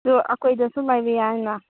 ꯑꯗꯨ ꯑꯩꯈꯣꯏꯗꯁꯨ ꯂꯩꯕ ꯌꯥꯏꯅ